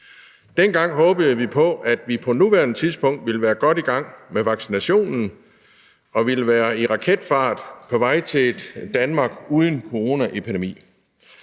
Dengang håbede vi på, at vi på nuværende tidspunkt ville være godt i gang med vaccinationerne og ville være i raketfart på vej til et Danmark uden coronaepidemi.